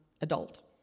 adult